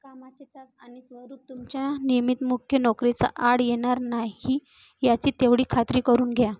कामाचे तास आणि स्वरूप तुमच्या नियमित मुख्य नोकरीचा आड येणार नाही याची तेवढी खात्री करून घ्या